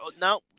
now